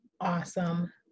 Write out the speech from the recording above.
awesome